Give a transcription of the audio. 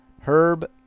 Herb